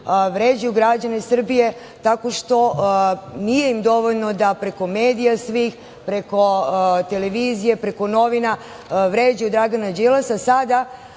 vređaju građane Srbije tako što im nije dovoljno da preko svih medija, preko televizija, preko novina vređaju Dragana Đilasa.